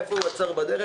איפה הוא עצר בדרך?